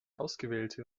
ausgewählte